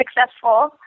successful